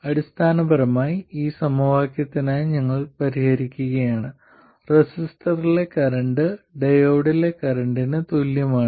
അടിസ്ഥാനപരമായി ഈ സമവാക്യത്തിനായി ഞങ്ങൾ പരിഹരിക്കുകയാണ് റെസിസ്റ്ററിലെ കറന്റ് ഡയോഡിലെ കറന്റിന് തുല്യമാണ്